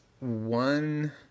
one